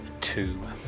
Two